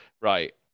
right